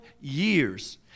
years